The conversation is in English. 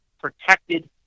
protected